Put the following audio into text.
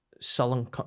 Sullen